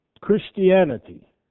Christianity